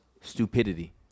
stupidity